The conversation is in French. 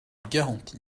garanti